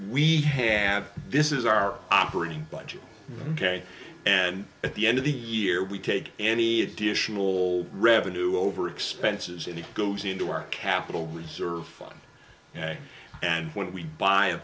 we have this is our operating budget ok and at the end of the year we take any additional revenue over expenses and it goes into our capital reserve fund and and when we buy a